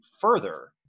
further